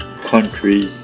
countries